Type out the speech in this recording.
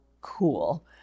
cool